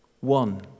One